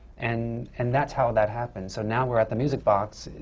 and and that's how that happened. so now we're at the music box,